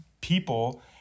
people